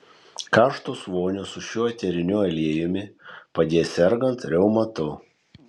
karštos vonios su šiuo eteriniu aliejumi padės sergant reumatu